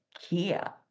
Kia